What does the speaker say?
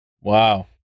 Wow